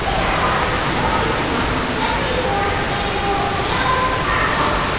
guy raz. welcome to my seventy fourth annual animal catwalk.